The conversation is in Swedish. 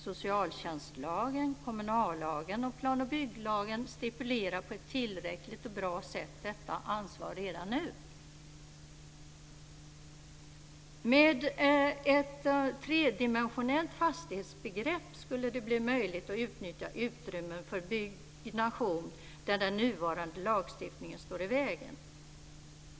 Socialtjänstlagen, kommunallagen och planoch bygglagen stipulerar på ett tillräckligt och bra sätt detta ansvar redan nu. Med ett tredimensionellt fastighetsbegrepp skulle det bli möjligt att utnyttja utrymmen för byggnation där den nuvarande lagstiftningen står i vägen.